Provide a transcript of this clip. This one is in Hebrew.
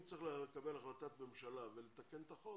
ואם צריך לקבל החלטת ממשלה ולתקן את החוק,